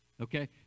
okay